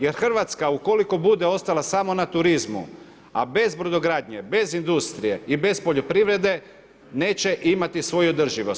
Jer Hrvatska ukoliko bude ostala samo na turizmu, a bez brodogradnje, bez industrije i bez poljoprivrede, neće imati svoju održivost.